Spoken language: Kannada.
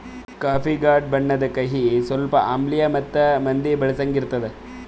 ಕಾಫಿ ಗಾಢ ಬಣ್ಣುದ್, ಕಹಿ, ಸ್ವಲ್ಪ ಆಮ್ಲಿಯ ಮತ್ತ ಮಂದಿ ಬಳಸಂಗ್ ಇರ್ತದ